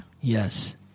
Yes